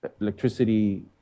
electricity